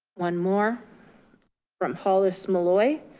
one more from hollis malloy.